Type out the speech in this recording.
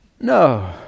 No